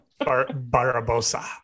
Barabosa